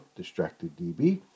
DistractedDB